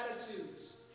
attitudes